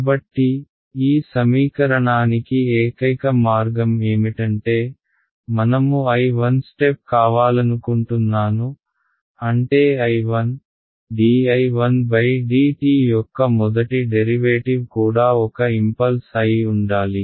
కాబట్టి ఈ సమీకరణానికి ఏకైక మార్గం ఏమిటంటే మనము I1 స్టెప్ కావాలనుకుంటున్నాను అంటే I 1 d I 1 dt యొక్క మొదటి డెరివేటివ్ కూడా ఒక ఇంపల్స్ అయి ఉండాలి